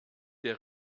der